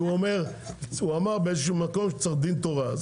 כי הוא אמר באיזה שהוא מקום שצריך דין תורה.